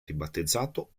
ribattezzato